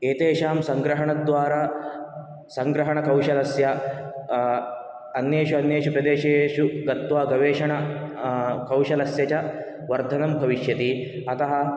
एतेषां सङ्ग्रहणद्वारा सङ्ग्रहणकौशलस्य अन्येषु अन्येषु प्रदेशेषु गत्वा गवेषण कौशलस्य च वर्धनं भविष्यति अतः